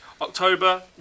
October